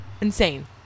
Insane